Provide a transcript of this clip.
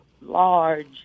large